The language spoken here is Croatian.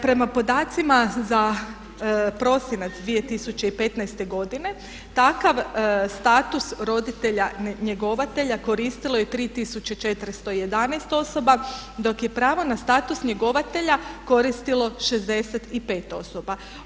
Prema podacima za prosinac 2015. godine takav status roditelja njegovatelja koristilo je 3411 osoba, dok je pravo na status njegovatelja koristilo 65 osoba.